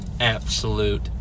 absolute